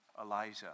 Elijah